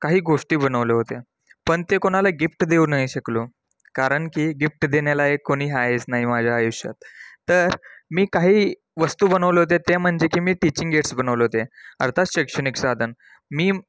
काही गोष्टी बनवल्या होत्या पण ते कोणाला गिफ्ट देऊ नाही शकलो कारण की गिफ्ट देण्यालायक कोणी आहेच नाही माझ्या आयुष्यात तर मी काही वस्तू बनवल्या होत्या त्या म्हणजे की मी टीचिंग एड्स बनवले होते अर्थात शैक्षणिक साधन मी